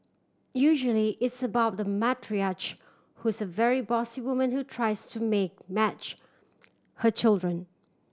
usually it's about the matriarch who's a very bossy woman who tries to make match her children